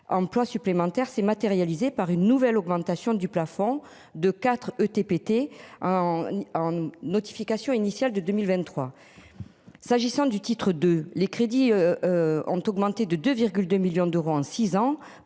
emplois supplémentaires s'est matérialisée par une nouvelle augmentation du plafond de 4 ETPT. Notification initiale de 2023. S'agissant du titre de les crédits. Ont augmenté de 2,2 millions d'euros en 6 ans